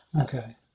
okay